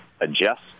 adjust